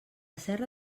serra